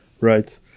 right